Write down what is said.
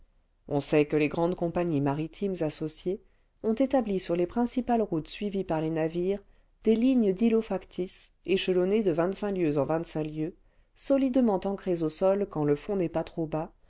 on sait que les grandes compagnies maritimes associées ont établi sur les principales routes suivies par les navires des lignes d'îlots factices échelonnés de vingt-cinq lieues en vingt-cinq lieues solidement ancrés au sol quand le fond n'est pas trop bas